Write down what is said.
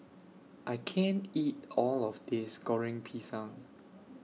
I can't eat All of This Goreng Pisang